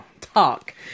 talk